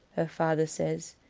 her father says,